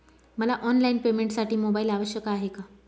मला ऑनलाईन पेमेंटसाठी मोबाईल आवश्यक आहे का?